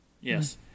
Yes